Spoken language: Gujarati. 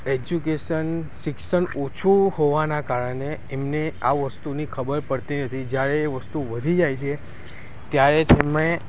એજ્યુકેશન શિક્ષણ ઓછું હોવાનાં કારણે એમને આ વસ્તુની ખબર પડતી નથી જ્યારે એ વસ્તુ વધી જાય છે ત્યારે તેમને